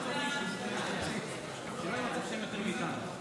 אנחנו עוברים להצעה הבאה על סדר-היום,